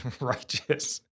righteous